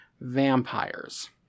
vampires